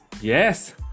Yes